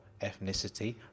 ethnicity